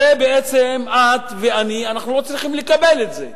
בעצם את ואני לא צריכים לקבל את זה.